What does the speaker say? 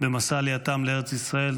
במסע עלייתם לארץ ישראל.